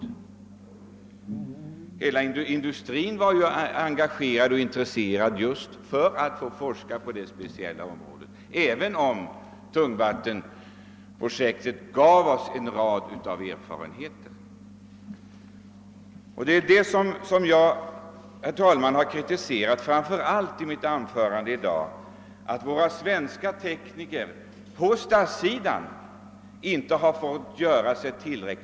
Man följde inom industrin med uppmärksamhet frågan om lättvattenreaktorer och hade ett stort intresse för forskning inom denna sektor. Detta gäller helt oavsett att tungvattenprojektet givit oss en rad av erfarenheter. Jag kritiserade tidigare i dag det förhållandet att de svenska teknikerna på det statliga området inte tillräckligt fick göra sin röst hörd.